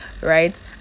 right